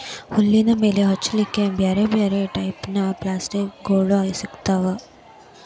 ಹುಲ್ಲಿನ ಮೇಲೆ ಹೊಚ್ಚಲಿಕ್ಕೆ ಬ್ಯಾರ್ ಬ್ಯಾರೆ ಟೈಪಿನ ಪಪ್ಲಾಸ್ಟಿಕ್ ಗೋಳು ಸಿಗ್ತಾವ